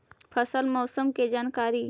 फसल मौसम के जानकारी?